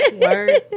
word